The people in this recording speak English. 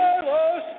Carlos